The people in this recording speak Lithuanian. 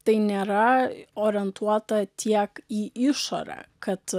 tai nėra orientuota tiek į išorę kad